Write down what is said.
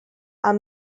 are